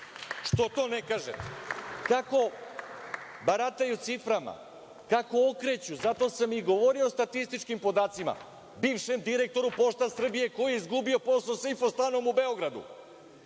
Što to ne kažete? Kako barataju ciframa, kako okreću, zato sam i govorio o statističkim podacima. Bivšem direktoru Pošta Srbije koji je izgubio posao sa Infostanom u Beogradu,